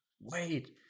wait